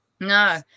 No